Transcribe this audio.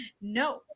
no